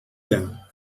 down